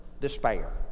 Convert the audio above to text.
despair